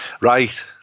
Right